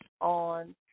On